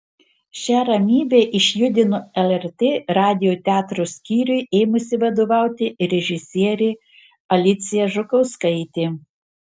šią ramybę išjudino lrt radijo teatro skyriui ėmusi vadovauti režisierė alicija žukauskaitė